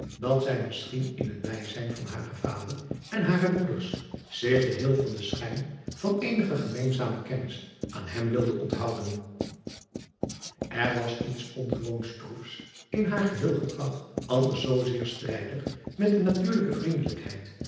dat zij misschien in het bijzijn van haren vader en hare broeders zich ge driaan oosjes zn et leven van illegonda uisman heel van den schijn van eenige gemeenzame kennis aan hem wilde onthouden r was iets ongewoon stroefs in haar geheel gedrag anders zoozeer strijdig met de natuurlijke vriendelijkheid